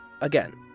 Again